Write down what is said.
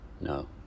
No